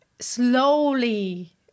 slowly